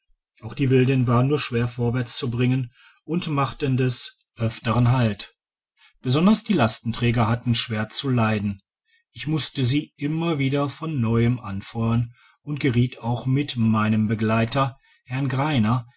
auch die wilden waren nur schwer vorwärts zu bringen und machten des digitized by google öfteren halt besonders die lastträger hatten schwer zu leiden ich musste sie immer wieder von neuem anfeuern und geriet auch mit meinem begleiter herrn greiner